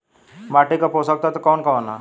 माटी क पोषक तत्व कवन कवन ह?